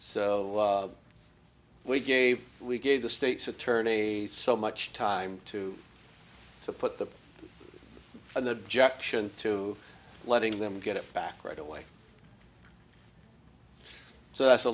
so we gave we gave the state's attorney so much time to put the an objection to letting them get it back right away so that's a